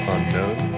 Unknown